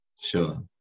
sure